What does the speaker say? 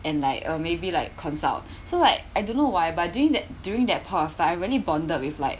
and like uh maybe like consult so like I don't know why but during that during that point of time I really bonded with like